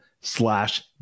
slash